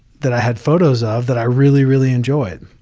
that i had photos of that i really, really enjoyed.